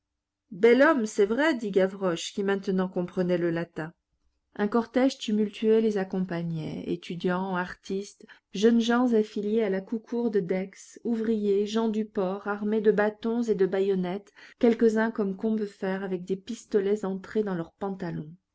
bel homme c'est vrai dit gavroche qui maintenant comprenait le latin un cortège tumultueux les accompagnait étudiants artistes jeunes gens affiliés à la cougourde d'aix ouvriers gens du port armés de bâtons et de bayonnettes quelques-uns comme combeferre avec des pistolets entrés dans leurs pantalons